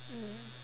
mm